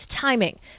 timing